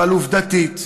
אבל עובדתית,